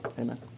Amen